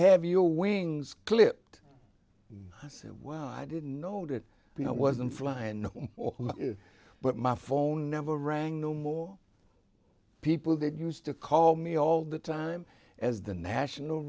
have your wings clipped i said well i didn't know that i wasn't flying but my phone never rang no more people that used to call me all the time as the national